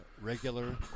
regular